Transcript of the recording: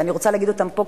ואני רוצה להגיד אותם פה,